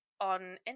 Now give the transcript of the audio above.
on